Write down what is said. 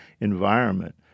environment